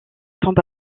tombe